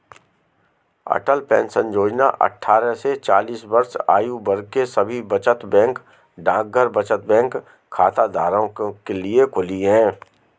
अटल pension योजना अट्ठारह से चालीस वर्ष आयु वर्ग के सभी बचत बैंक डाकघर बचत बैंक खाताधारकों के लिए खुली है